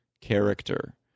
character